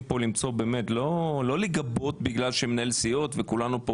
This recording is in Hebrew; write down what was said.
פה למצוא באמת לא לגבות בגלל שהם מנהלי סיעות וכולנו פה